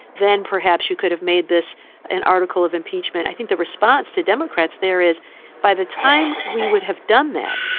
then perhaps you could have made this an article of impeachment. i think the response to democrats there is by the time we would have done that,